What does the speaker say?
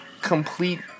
complete